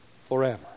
forever